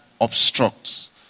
obstructs